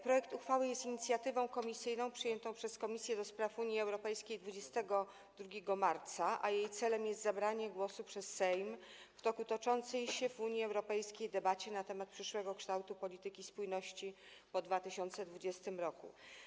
Projekt uchwały jest inicjatywą komisyjną przyjętą przez Komisję do Spraw Unii Europejskiej 22 marca, a jej celem jest zabranie głosu przez Sejm w toczącej się w Unii Europejskiej debacie na temat przyszłego kształtu polityki spójności po 2020 r.